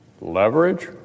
leverage